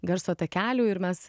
garso takelių ir mes